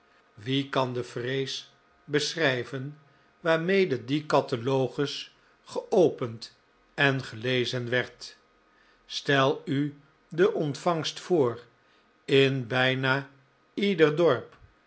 wie kan de vrees beschrijven waarmede die catalogus geopend en gelezen werd stel u de ontvangst voor in bijna ieder dorp